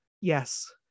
yes